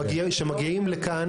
שמגיעים לכאן